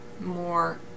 more